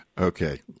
Okay